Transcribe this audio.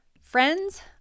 Friends